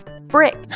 Brick